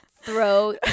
throw